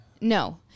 No